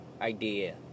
idea